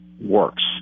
works